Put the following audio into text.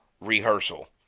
Rehearsal